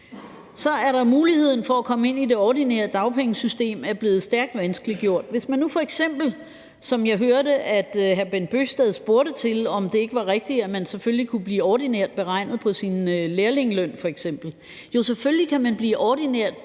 Så er muligheden for at komme ind i det ordinære dagpengesystem blevet stærkt vanskeliggjort. Jeg hørte, at hr. Bent Bøgsted spurgte til, om ikke det var rigtigt, at man selvfølgelig kunne få det ordinært beregnet ud fra sin lærlingeløn f.eks. Jo, selvfølgelig kan man få det ordinært beregnet ud fra sin lærlingeløn